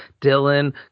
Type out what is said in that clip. Dylan